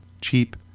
Cheap